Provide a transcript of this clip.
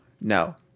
no